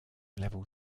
level